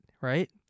right